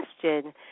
question